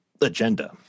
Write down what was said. agenda